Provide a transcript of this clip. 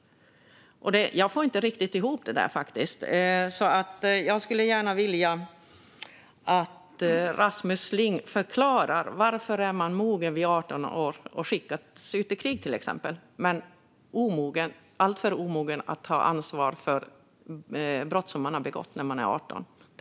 Jag får inte riktigt ihop det. Jag skulle gärna vilja att Rasmus Ling förklarar varför man vid 18 års ålder är mogen för att till exempel skickas ut i krig men alltför omogen för att ta ansvar för brott man har begått.